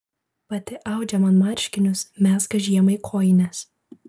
pati audžia man marškinius mezga žiemai kojines